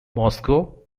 moscow